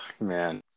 man